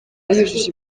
yujuje